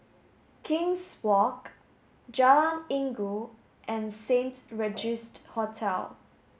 King's Walk Jalan Inggu and Saint Regis Hotel